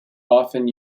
often